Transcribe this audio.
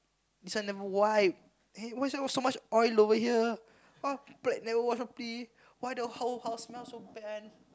this one never wipe eh why this one so much oil over here oh plate never wash properly why the whole house smell so bad